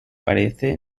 parece